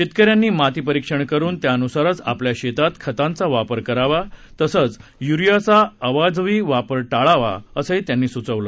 शेतकऱ्यांनी माती परीक्षण करून त्यानुसारच आपल्या शेतात खतांचा वापर करावा तसंच युरियाचा अवाजवी वापर टाळावा असंही त्यांनी सूचवलं